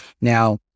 Now